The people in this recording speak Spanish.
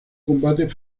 combate